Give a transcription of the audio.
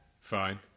Fine